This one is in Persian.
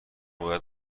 باید